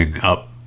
up